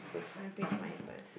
let me finish mine first